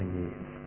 years